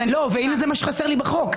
זה מה שחסר לי בחוק.